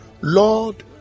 Lord